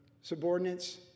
subordinates